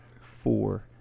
four